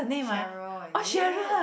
Cheryl is it